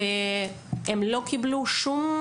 הם לא קיבלו שום